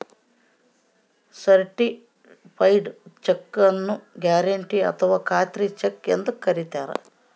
certified cheque ನ್ನು guarantee ಅಥಾವ ಖಾತ್ರಿ ಚೆಕ್ ಎಂದು ಕರಿತಾರೆ